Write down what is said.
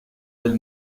del